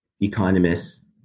economists